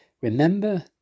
remember